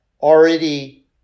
already